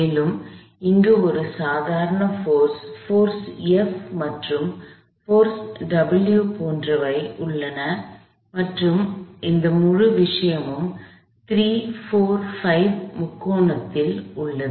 மேலும் இங்கு ஒரு சாதாரண போர்ஸ் போர்ஸ் F மற்றும் போர்ஸ் W போன்றவை உள்ளன மற்றும் இந்த முழு விஷயமும் 3 4 5 முக்கோணத்தில் உள்ளது